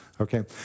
okay